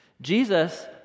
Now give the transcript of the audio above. Jesus